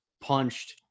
punched